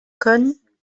können